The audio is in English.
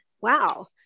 Wow